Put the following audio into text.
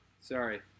Sorry